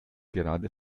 gerade